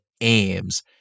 aims